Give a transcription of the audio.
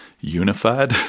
unified